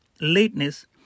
lateness